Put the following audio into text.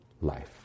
life